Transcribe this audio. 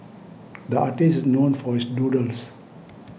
the artist is known for his doodles